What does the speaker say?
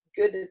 good